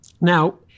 Now